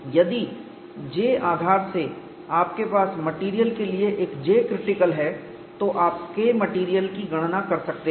यदि J आधार से आपके पास मेटेरियल के लिए एक Jcrictical है तो आप Kmat की गणना कर सकते हैं